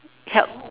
help